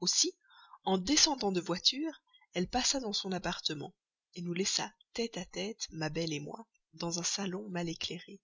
aussi en descendant de voiture elle passa dans son appartement nous laissa tête à tête ma belle moi dans un salon mal éclairé